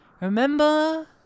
remember